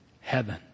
heaven